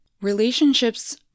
Relationships